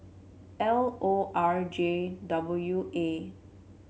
L O R J W A